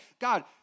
God